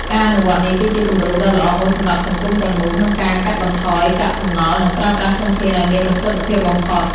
ការអនុវត្តន៍នេះគឺជាគំរូដ៏ល្អមួយសម្រាប់សង្គមទាំងមូលក្នុងការកាត់បន្ថយកាកសំណល់ និងប្រើប្រាស់ធនធានឲ្យមានប្រសិទ្ធភាពបំផុត។